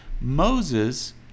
Moses